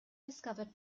discovered